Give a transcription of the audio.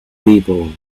people